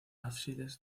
ábsides